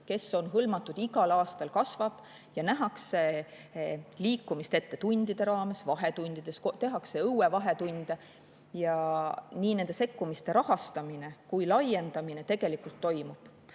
kes on hõlmatud, igal aastal kasvab ja nähakse liikumist ette tundide raames, vahetundides, tehakse õuevahetunde ja nii nende sekkumiste rahastamine kui ka laiendamine tegelikult